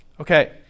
okay